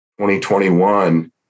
2021